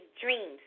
dreams